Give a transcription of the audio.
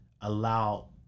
allow